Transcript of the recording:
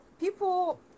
people